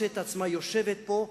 מוצאת את עצמה יושבת פה,